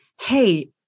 Hey